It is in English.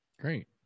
Great